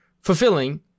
fulfilling